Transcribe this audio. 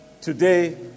Today